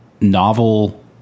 novel